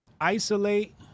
isolate